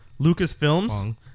Lucasfilms